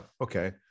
okay